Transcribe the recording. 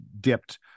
dipped